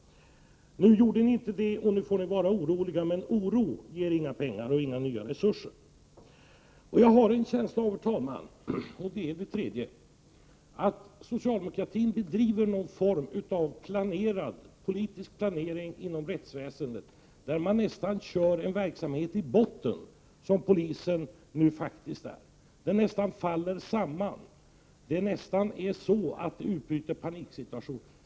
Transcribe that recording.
Nu gjorde den inte det, och nu får den vara orolig. Men oro ger inga pengar och inga nya resurser. Jag har, herr talman, en känsla av att socialdemokraterna bedriver någon form av politisk planering inom rättsväsendet, där man nästan kör en verksamhet i botten, som är fallet med polisen. Verksamheten nästan faller samman och det nästan utbryter panik.